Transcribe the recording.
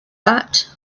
that